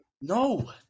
No